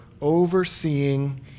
overseeing